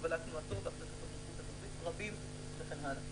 הגבלת תנועתו והחזקתו ברשות הרבים" וכן הלאה.